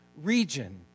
region